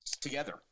together